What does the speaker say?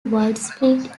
widespread